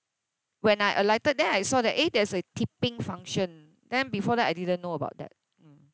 when I alighted then I saw that eh there's a tipping function then before that I didn't know about that